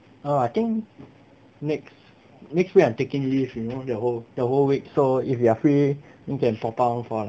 oh I think next next week I'm taking leave you know the whole the whole week so if you are free you can po pang for like